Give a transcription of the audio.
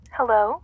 Hello